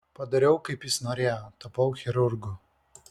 padariau kaip jis norėjo tapau chirurgu